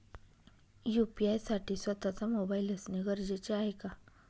UPI साठी स्वत:चा mobile असणे गरजेचे आहे का?